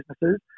businesses